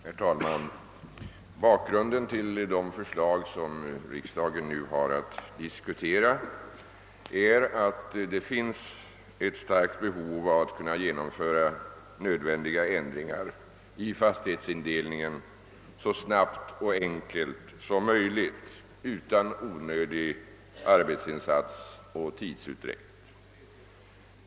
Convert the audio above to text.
Herr talman! Bakgrunden till de förslag som riksdagen nu behandlar är det starka behovet av att kunna genomföra nödvändiga ändringar i fastighetsindelningen så snabbt och enkelt som möjligt utan onödig arbetsinsats eller tidsutdräkt.